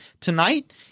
tonight